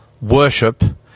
worship –